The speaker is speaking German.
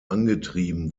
angetrieben